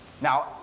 Now